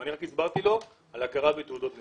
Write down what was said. רק הסברתי לו על הכרה בתעודות מחו"ל.